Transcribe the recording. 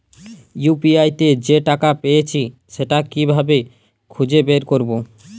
UPI তে যে টাকা পেয়েছি সেটা কিভাবে খুঁজে বের করবো?